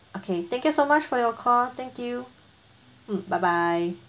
okay thank you so much for your call thank you mm bye bye